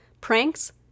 pranks